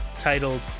titled